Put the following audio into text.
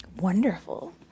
Wonderful